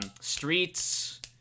streets